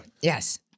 Yes